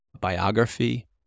biography